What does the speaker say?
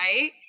Right